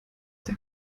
der